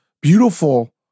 beautiful